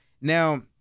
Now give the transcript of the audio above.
Now